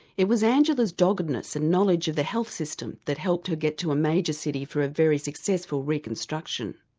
it was angela's doggedness and knowledge of the health system that helped her get to a major city for a very successful reconstruction.